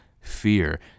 fear